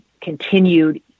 continued